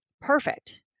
perfect